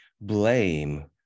blame